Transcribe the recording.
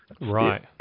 Right